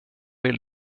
vill